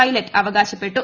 pilot അവകാശപ്പെട്ടു